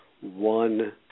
one